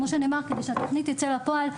כדי שהתוכנית תצא לפועל,